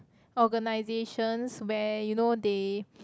organizations where you know they